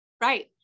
Right